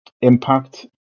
impact